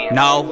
no